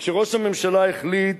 וכשראש הממשלה החליט